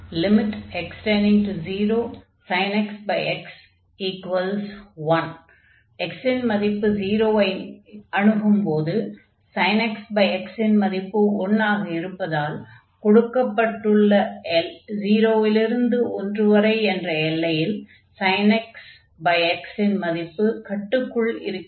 x இன் மதிப்பு 0 ஐ அணுகும் போது x x இன் மதிப்பு 1 ஆக இருப்பதால் கொடுக்கப்பட்டுள்ள 0 இல் இருந்து 1 வரை என்ற எல்லையில் x x இன் மதிப்புகட்டுக்குள் இருக்கிறது